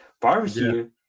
Barbecue